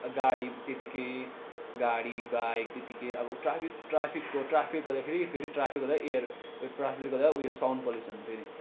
गाडी त्यतिकै गाडी बाइक त्यतिकै अब ट्राफिक ट्राफिकको ट्राफिकले गर्दाखेरि फेरि ट्राफिकले गर्दा एयर ट्राफिकले गर्दा उयो साउन्ड पल्युसन फेरि